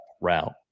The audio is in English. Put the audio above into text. route